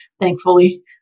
Thankfully